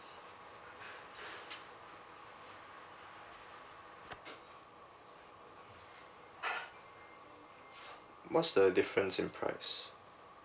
what's the difference in price